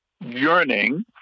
yearning